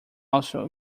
also